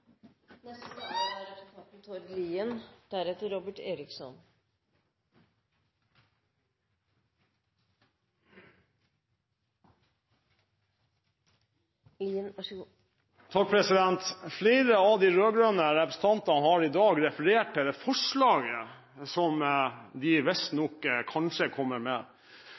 Flere av de rød-grønne representantene har i dag referert til det forslaget som de visstnok kanskje kommer med.